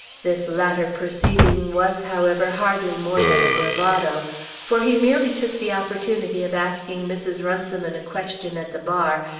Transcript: this latter proceeding was, however, hardly more than a bravado for he merely took the opportunity of asking mrs. runciman a question at the bar,